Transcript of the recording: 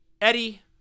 Eddie